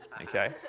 okay